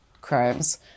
crimes